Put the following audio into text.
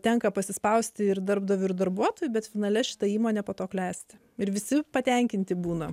tenka pasispausti ir darbdaviui ir darbuotojui bet finale šita įmonė po to klesti ir visi patenkinti būna